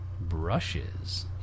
Brushes